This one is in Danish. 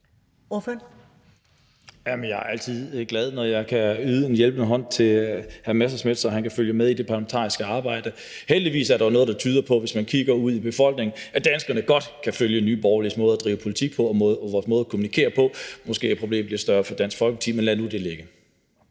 jeg er altid glad, når jeg kan yde en hjælpende hånd til hr. Morten Messerschmidt, så han kan følge med i det parlamentariske arbejde. Heldigvis er der jo, hvis man kigger ud i befolkningen, noget, der tyder på, at danskerne godt kan følge Nye Borgerliges måde at drive politik på og vores måde at kommunikere på, og at problemet måske bliver større for Dansk Folkeparti – men lad det nu ligge.